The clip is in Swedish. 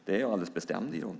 Det är jag alldeles bestämd om.